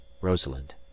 rosalind